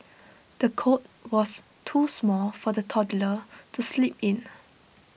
the cot was too small for the toddler to sleep in